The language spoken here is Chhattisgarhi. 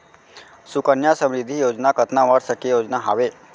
सुकन्या समृद्धि योजना कतना वर्ष के योजना हावे?